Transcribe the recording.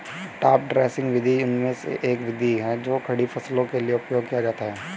top dressing विधि उनमें से एक विधि है जो खड़ी फसलों के लिए उपयोग किया जाता है